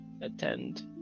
attend